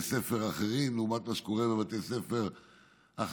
ספר אחרים למה שקורה בבתי ספר החרדיים,